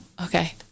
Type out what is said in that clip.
okay